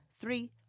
three